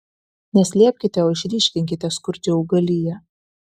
ne slėpkite o išryškinkite skurdžią augaliją